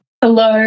Hello